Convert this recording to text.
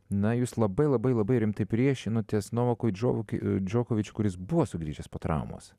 na jūs labai labai labai rimtai priešinotės novakui džovokui džokovičiui kuris buvo sugrįžęs po traumos